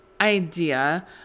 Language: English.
idea